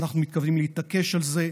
אנחנו מתכוונים להתעקש על זה.